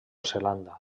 zelanda